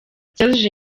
serge